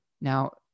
Now